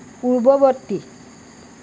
পূৰ্ববৰ্তী